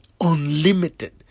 unlimited